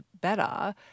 better